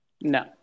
No